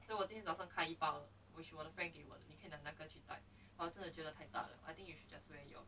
so 我的早上看一帮 which you wanna frankly what you cannot 那个去 type or 真的觉得 ticked up I think you should just very you